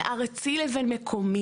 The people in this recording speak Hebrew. בין ארצי לבין מקומי.